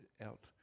out